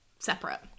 separate